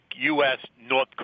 U.S.-North